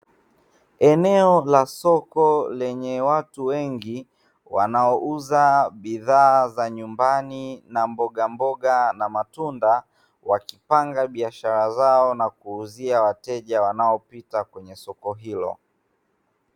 Eneo la soko lenye watu wengi wanaouza bidhaa za nyumbani na mbogamboga na matunda wakipanga biashara zao, na kuuzia wateja wanaopita kwenye soko hilo.